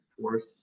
force